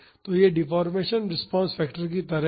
तो यह deformation response factor की तरह है